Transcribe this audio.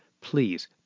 please